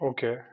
Okay